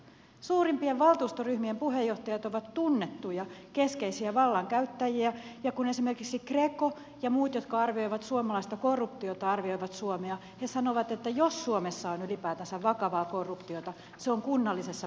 suurimpien valtuustoryhmien puheenjohtajat ovat tunnettuja keskeisiä vallankäyttäjiä ja kun esimerkiksi greco ja muut jotka arvioivat suomalaista korruptiota ja arvioivat suomea sanovat että jos suomessa on ylipäätänsä vakavaa korruptiota se on kunnallisessa päätöksenteossa